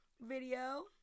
video